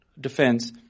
defense